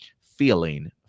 feeling